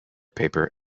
paper